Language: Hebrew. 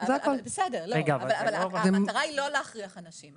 אבל המטרה היא לא להכריח אנשים.